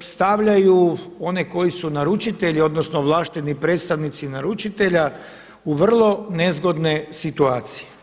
stavljaju one koji su naručitelji odnosno ovlašteni predstavnici naručitelja u vrlo nezgodne situacije.